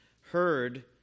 heard